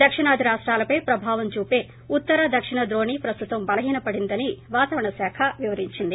దక్షిణాది రాష్టాలపై ప్రభావం చూపే ఉత్తర దక్షిణ ద్రోణి ప్రస్తుతం బలహీనపడిందని వాతావరణ శాఖ వివరించింది